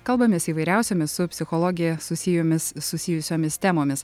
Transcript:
kalbamės įvairiausiomis su psichologija susijomis susijusiomis temomis